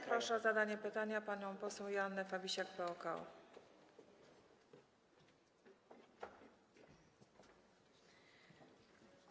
Proszę o zadanie pytania panią poseł Joannę Fabisiak, PO-KO.